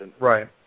Right